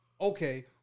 okay